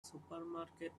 supermarket